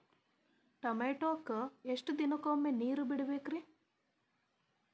ಟಮೋಟಾಕ ಎಷ್ಟು ದಿನಕ್ಕೊಮ್ಮೆ ನೇರ ಬಿಡಬೇಕ್ರೇ?